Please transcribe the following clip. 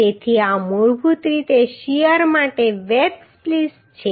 તેથી આ મૂળભૂત રીતે શીયર માટે વેબ સ્પ્લિસ છે